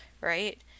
right